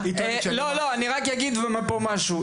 אני רק אגיד פה משהו,